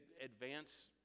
advance